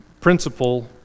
principle